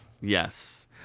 Yes